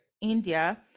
India